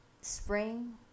spring